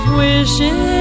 wishes